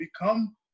become